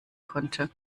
konnte